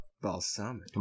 Balsamic